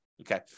Okay